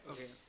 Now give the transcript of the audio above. Okay